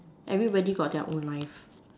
everybody got their own life